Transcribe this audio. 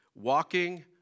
walking